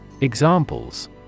Examples